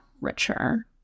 richer